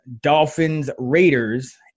Dolphins-Raiders